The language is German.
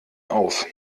auf